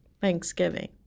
Thanksgiving